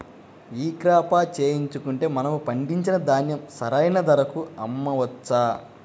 ఈ క్రాప చేయించుకుంటే మనము పండించిన ధాన్యం సరైన ధరకు అమ్మవచ్చా?